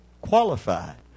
qualified